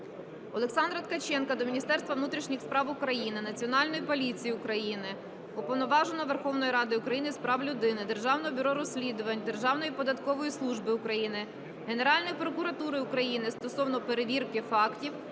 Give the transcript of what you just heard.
Олександра Ткаченка до Міністерства внутрішніх справ України, Національної поліції України, Уповноваженого Верховної Ради України з прав людини, Державного бюро розслідувань, Державної податкової служби України, Генеральної прокуратури України стосовно перевірки фактів